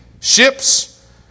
ships